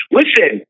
listen